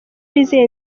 bizeye